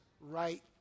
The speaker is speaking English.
right